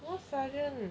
why sergeant